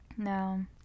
No